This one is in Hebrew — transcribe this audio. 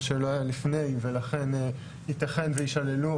מה שלא היה לפני ולכן יתכן וישללו.